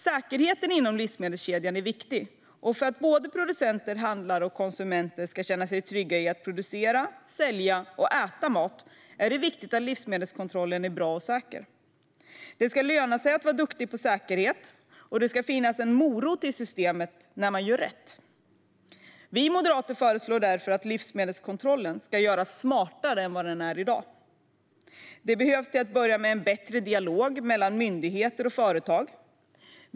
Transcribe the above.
Säkerheten inom livsmedelskedjan är viktig, och för att producenter, handlare och konsumenter ska känna sig trygga i att producera, sälja och äta mat är det viktigt att livsmedelskontrollen är bra och säker. Det ska löna sig att vara duktig på säkerhet, och det ska finnas en morot i systemet när man gör rätt. Vi moderater föreslår därför att livsmedelskontrollen ska göras smartare än den är i dag. Det behövs till att börja med en bättre dialog mellan myndighet och företag.